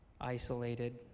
isolated